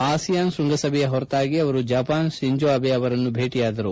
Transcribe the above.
ASEAN ಶೃಂಗಸಭೆಯ ಪೊರತಾಗಿ ಅವರು ಜಪಾನ್ ಶಿಂಜೊ ಅಬೆ ಅವರನ್ನು ಭೇಟಿಯಾದರು